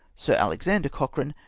sir alexander cochrane,